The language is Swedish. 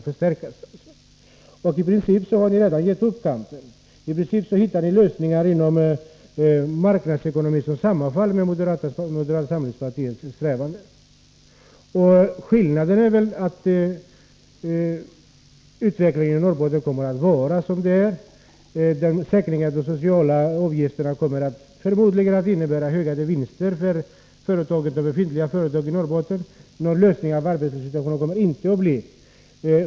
I princip har ni socialdemokrater redan gett upp kampen och hittat lösningar inom marknadsekonomin som sammanfaller med moderata samlingspartiets strävanden. Utvecklingen i Norrbotten kommer att fortsätta. De sociala avgifterna kommer förmodligen att innebära ökade vinster för befintliga företag i Norrbotten. Någon lösning av arbetslöshetssituationen kommer det inte att bli.